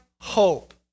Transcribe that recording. hope